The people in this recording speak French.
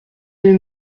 deux